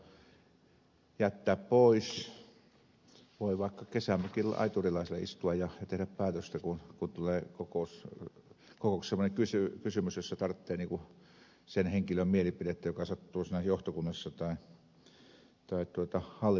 turhaa matkustamista voidaan jättää pois voi vaikka kesämökin laiturilla istua ja tehdä päätöstä kun tulee kokouksessa semmoinen kysymys jossa tarvitsee sen henkilön mielipidettä joka sattuu siinä johtokunnassa tai hallituksessa olemaan